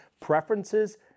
preferences